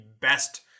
best